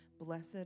Blessed